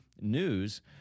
news